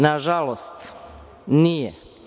Nažalost, nije.